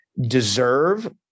deserve